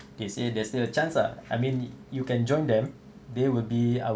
they say there's a chance ah I mean you can join them there will be our